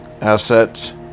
assets